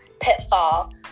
pitfall